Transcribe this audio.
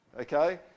Okay